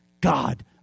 God